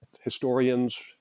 historians